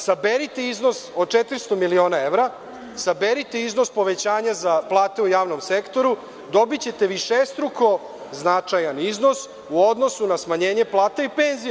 Saberite iznos od 400 miliona evra, saberite iznos povećanja za plate u javnom sektoru i dobićete višestruko značajan iznos u odnosu na smanjenje plata i penzija.